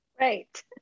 Right